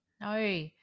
no